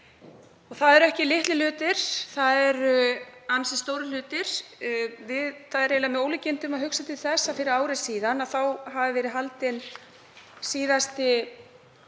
og það eru ekki litlir hlutir heldur ansi stórir. Það er eiginlega með ólíkindum að hugsa til þess að fyrir ári síðan hafi verið haldnir síðustu